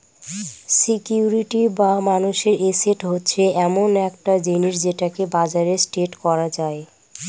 security বা মানুষের asset হচ্ছে এমন একটা জিনিস যেটাকে বাজারে ট্রেড করা যায়